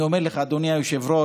אני אומר לך, אדוני היושב-ראש,